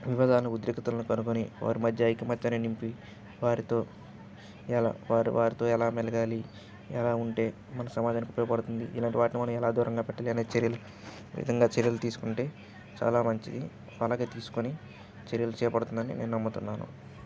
విబేధాన్ని ఉద్రిక్తతలను కనుగొని వారి మధ్య ఐక్యమత్యాన్ని నింపి వారితో ఎలా వారు వారితో ఎలా మెలగాలి ఎలా ఉంటే మన సమాజానికి ఉపయోగపడుతుంది ఇలాంటి వాటిని మనం ఎలా దూరంగా పెట్టలేని చర్యలు విధంగా చర్యలు తీసుకుంటే చాలా మంచిది అలాగే తీసుకొని చర్యలు చేపడుతుందని నేను నమ్ముతున్నాను